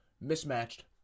mismatched